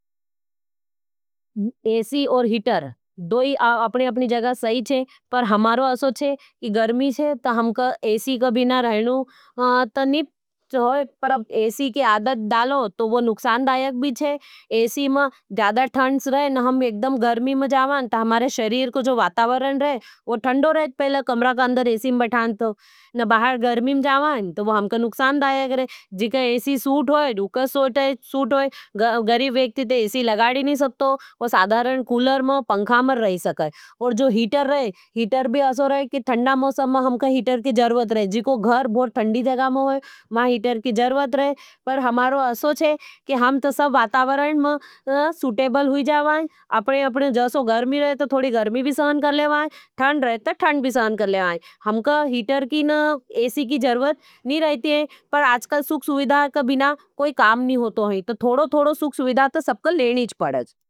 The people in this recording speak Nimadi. AC heater हीटर, दो आपने जगा सई हैं पर हमारो असोच है कि गर्मी है तो हमका एसी कभी ना रहनू। तो नहीं होई, पर एसी की आदध डालो तो वो नुखसान दायाग भी है। एसी में ज़्यादा ठंड्स रहें और हम एकदम गर्मी में जावाँ तो हमारे शरीर को जो वातावरण रहे, वो थंड़ो रहे पहले कमरा का अंदर एसी में बठान तो और बाहर गर्मी में जावाँ, तो वो हमका नुकसान दायाग रहे। जीकों एसी सूट होई, रुकस सूट होई, गरीब वेक्ति ते एसी लगाड़ी नहीं सकतो, साधरें कुलर में पंका मार रहका। पर आज कल बिना सुख सुविधा के कोई काम ना होतो है तो थोड़ी थोड़ी सुख सुविधा तो लेनी पड़च।